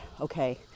okay